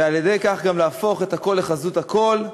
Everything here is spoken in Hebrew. ועל-ידי כך גם להפוך הכול לחזות הכול: